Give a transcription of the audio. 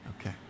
Okay